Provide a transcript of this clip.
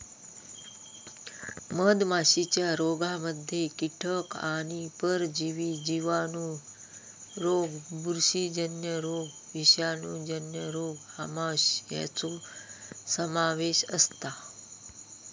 मधमाशीच्या रोगांमध्ये कीटक आणि परजीवी जिवाणू रोग बुरशीजन्य रोग विषाणूजन्य रोग आमांश यांचो समावेश असता